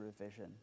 revision